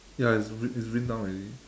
ya it's wind it's wind down already